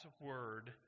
word